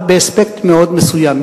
אבל באספקט מאוד מסוים.